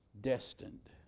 destined